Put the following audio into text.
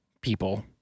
people